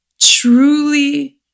truly